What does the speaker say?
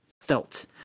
felt